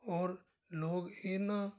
ਔਰ ਲੋਕ ਇਹਨਾਂ